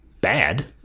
bad